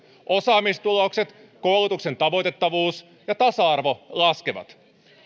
osaamistulokset koulutuksen tavoitettavuus ja tasa arvo laskevat